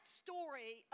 story